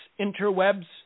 interwebs